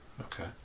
Okay